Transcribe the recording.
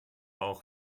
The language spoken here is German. auch